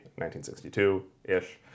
1962-ish